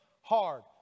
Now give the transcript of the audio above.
hard